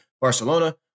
Barcelona